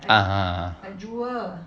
(uh huh)